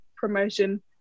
promotion